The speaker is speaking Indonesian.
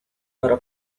para